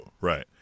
right